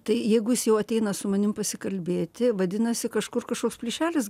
tai jeigu jis jau ateina su manim pasikalbėti vadinasi kažkur kažkoks plyšelis